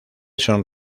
son